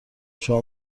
شما